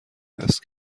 است